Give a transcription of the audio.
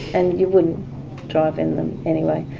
and you wouldn't drive in them anyway,